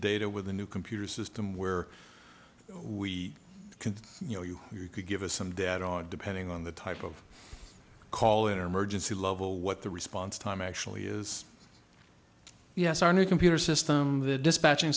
data with a new computer system where we can you know you could give us some debt all depending on the type of call it or emergency level what the response time actually is yes our new computer system the dispatching